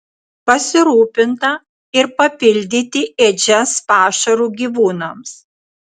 pasirūpinta ir papildyti ėdžias pašaru gyvūnams